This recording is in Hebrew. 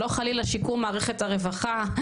לא חלילה שיקום מערכת הרווחה,